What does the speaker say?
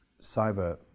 cyber